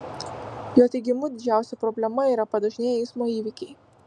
jo teigimu didžiausia problema yra padažnėję eismo įvykiai